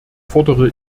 fordere